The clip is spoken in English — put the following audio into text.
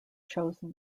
chosen